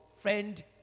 friend